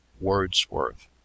Wordsworth